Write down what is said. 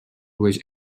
was